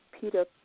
Peter